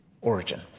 origin